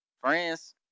Friends